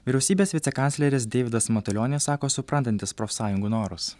vyriausybės vicekancleris deividas matulionis sako suprantantis profsąjungų norus